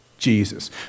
Jesus